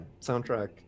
soundtrack